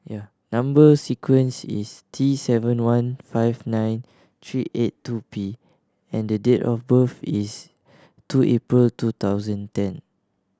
number sequence is T seven one five nine three eight two P and the date of birth is two April two thousand ten